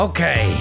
Okay